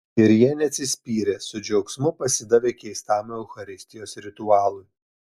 ir jie neatsispyrė su džiaugsmu pasidavė keistam eucharistijos ritualui